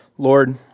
Lord